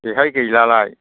बेहाय गैलालाय